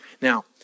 Now